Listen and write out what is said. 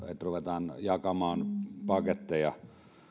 ruvetaan jakamaan paketteja